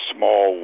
Small